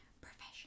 Professional